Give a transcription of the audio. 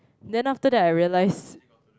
then after that I realise